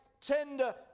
tender